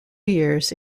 years